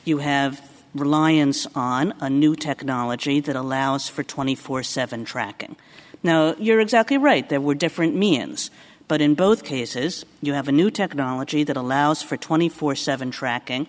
you have reliance on on a new technology that allows for twenty four seven tracking now you're exactly right there were different means but in both cases you have a new technology that allows for twenty four seven tracking